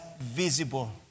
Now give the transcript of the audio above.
visible